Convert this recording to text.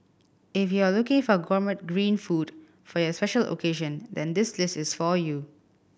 if you are looking for gourmet green food for your special occasion then this list is for you